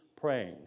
praying